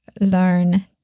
learn